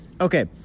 okay